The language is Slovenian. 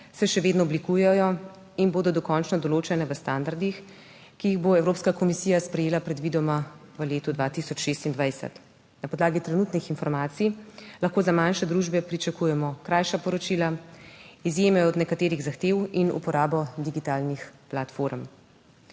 se še vedno oblikujejo in bodo dokončno določena v standardih, ki jih bo Evropska komisija sprejela predvidoma v letu 2026. Na podlagi trenutnih informacij lahko za manjše družbe pričakujemo krajša poročila, izjeme od nekaterih zahtev in uporabo digitalnih platform.